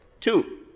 two